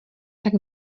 tak